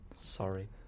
sorry